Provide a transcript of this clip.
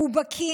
הוא בקי